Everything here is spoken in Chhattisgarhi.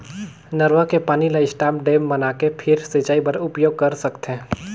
नरूवा के पानी ल स्टॉप डेम बनाके फेर सिंचई बर उपयोग कर सकथे